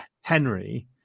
Henry